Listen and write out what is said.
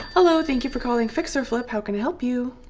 hello, thank you for calling fix-or-flip, how can i help you?